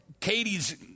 Katie's